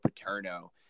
Paterno